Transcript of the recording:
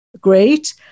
great